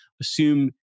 assume